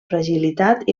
fragilitat